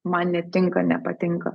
man netinka nepatinka